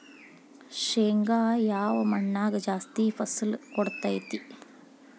ಶೇಂಗಾ ಯಾವ ಮಣ್ಣಾಗ ಜಾಸ್ತಿ ಫಸಲು ಕೊಡುತೈತಿ?